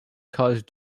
cause